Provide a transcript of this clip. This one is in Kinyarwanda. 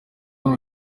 ngo